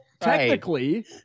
technically